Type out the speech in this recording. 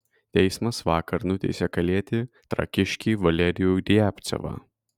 teismas vakar nuteisė kalėti trakiškį valerijų riabcevą